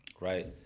Right